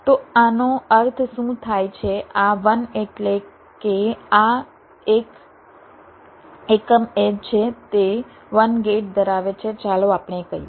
તો આનો અર્થ શું થાય છે આ 1 એટલે કે આ એક એકમ એડ્જ છે તે 1 ગેટ ધરાવે છે ચાલો આપણે કહીએ